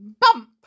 Bump